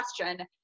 question